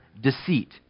deceit